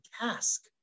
task